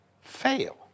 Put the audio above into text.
fail